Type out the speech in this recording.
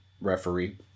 referee